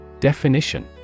Definition